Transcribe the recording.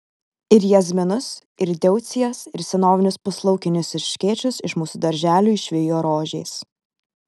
ir jazminus ir deucijas ir senovinius puslaukinius erškėčius iš mūsų darželių išvijo rožės